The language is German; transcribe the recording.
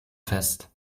fest